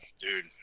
Dude